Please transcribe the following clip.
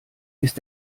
ist